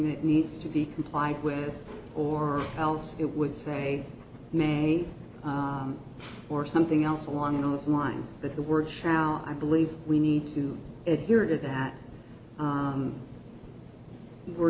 that needs to be complied with or else it would say mang or something else along those lines that the word shall i believe we need to adhere to that we're